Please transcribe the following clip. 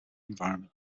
environment